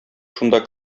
шунда